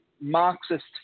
Marxist